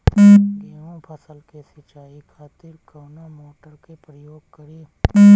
गेहूं फसल के सिंचाई खातिर कवना मोटर के प्रयोग करी?